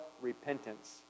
repentance